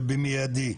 ובמיידי,